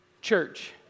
Church